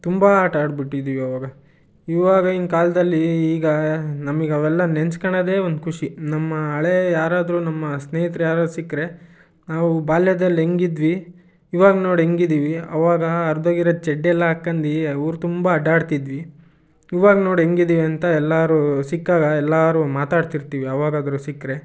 ತುಂಬ ಆಟ ಆಡ್ಬಿಟ್ಟಿದೀವ್ ಆವಾಗ ಇವಾಗಿನ ಕಾಲದಲ್ಲಿ ಈಗ ನಮಗೆ ಅವೆಲ್ಲ ನೆನ್ಸ್ಕಳದೇ ಒಂದು ಖುಷಿ ನಮ್ಮ ಹಳೇ ಯಾರಾದರೂ ನಮ್ಮ ಸ್ನೇಹಿತ್ರು ಯಾರಾರೂ ಸಿಕ್ಕರೆ ನಾವು ಬಾಲ್ಯದಲ್ಲಿ ಹೆಂಗ್ ಇದ್ವಿ ಇವಾಗ ನೋಡು ಹೆಂಗಿದೀವಿ ಅವಾಗ ಹರಿದೋಗಿರೋ ಚಡ್ಡಿ ಎಲ್ಲ ಹಾಕ್ಕಂಡಿ ಊರು ತುಂಬ ಅಡ್ಡಾಡ್ತಿದ್ವಿ ಇವಾಗ ನೋಡು ಹೆಂಗೆ ಇದ್ದೀವಿ ಅಂತ ಎಲ್ಲಾದ್ರು ಸಿಕ್ಕಾಗ ಎಲ್ಲರೂ ಮಾತಾಡ್ತಿರ್ತೀವಿ ಯಾವಾಗಾದರೂ ಸಿಕ್ಕರೆ